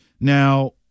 Now